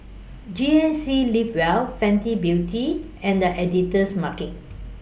G N C Live Well Fenty Beauty and The Editor's Market